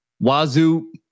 wazoo